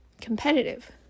competitive